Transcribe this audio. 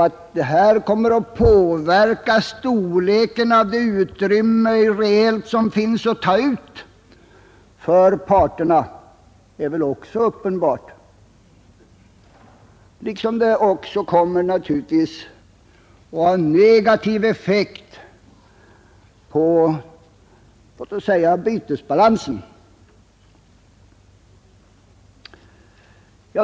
Att detta kommer att påverka utrymmet för vad som reellt finns att ta ut för parterna är väl också uppenbart, liksom att det kommer att ha en negativ effekt på t.ex. bytesbalansen.